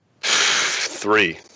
Three